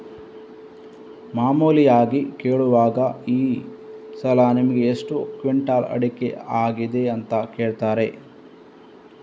ಮಾಮೂಲಿಯಾಗಿ ಕೇಳುವಾಗ ಈ ಸಲ ನಿಮಿಗೆ ಎಷ್ಟು ಕ್ವಿಂಟಾಲ್ ಅಡಿಕೆ ಆಗಿದೆ ಅಂತ ಕೇಳ್ತಾರೆ